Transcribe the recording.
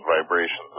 vibrations